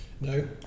No